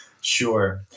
Sure